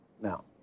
Now